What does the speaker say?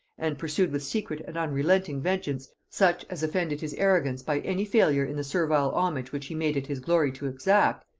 and pursued with secret and unrelenting vengeance such as offended his arrogance by any failure in the servile homage which he made it his glory to exact,